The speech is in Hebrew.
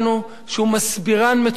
שהוא מסבירן מצוין,